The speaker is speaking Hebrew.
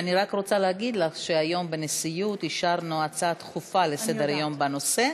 אני רק רוצה להגיד לך שהיום בנשיאות אישרנו הצעה דחופה לסדר-היום בנושא,